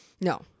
No